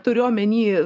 turiu omeny